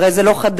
הרי זה לא חדש.